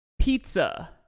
Pizza